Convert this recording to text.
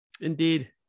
Indeed